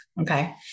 Okay